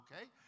okay